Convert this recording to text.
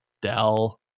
Dell